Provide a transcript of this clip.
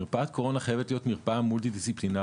מרפאת קורונה חייבת להיות מרפאה מולטי-דיסציפלינרית.